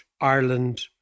Ireland